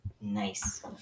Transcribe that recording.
Nice